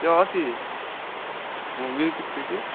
त्यो अस्ति म म्युजिक क्रिटिक